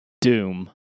doom